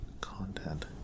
content